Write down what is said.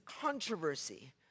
controversy